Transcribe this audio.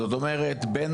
זאת אומרת, בין